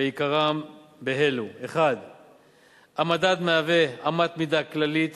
ועיקרם אלו: 1. המדד הוא אמת מידה כללית